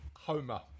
Homer